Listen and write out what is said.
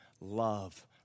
Love